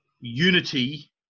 unity